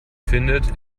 findet